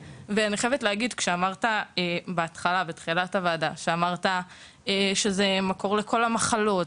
אמרת בתחילה הדיון שהשמנה היא המקור לכל המחלות